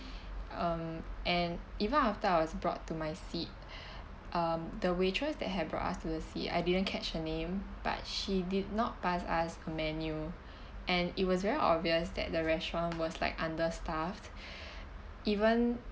um and even after I was brought to my seat um the waitress that have brought us to the seat I didn't catch her name but she did not pass us menu and it was very obvious that the restaurant was like understaffed even